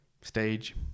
stage